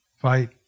fight